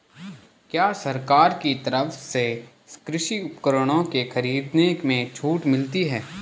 क्या सरकार की तरफ से कृषि उपकरणों के खरीदने में छूट मिलती है?